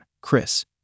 Chris